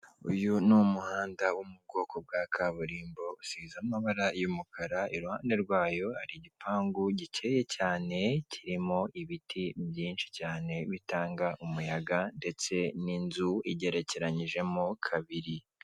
Uyu ni umuhanda wo mu bwoko bwa kaburimbo usize amabara y'umukara, iruhande rwayo hari igipangu gikeye cyane kirimo ibiti byinshi cyane bitanga umuyaga, ndetse n'inzu igerekeranyijemo kabiri.